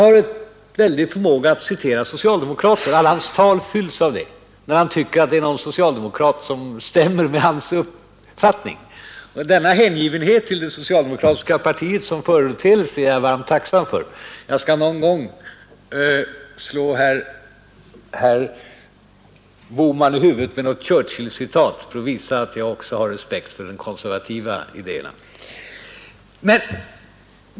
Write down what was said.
Han har en väldig förmåga att citera socialdemokrater — alla hans tal fylls med sådana citat, när han tycker att någon socialdemokrat har sagt någonting som stämmer med hans uppfattning. Denna hängivenhet för det socialdemokratiska partiet som företeelse är jag varmt tacksam för. Jag skall någon gång slå herr Bohman i huvudet med Churchillcitat, för att visa att jag också har respekt för de konservativa idéerna.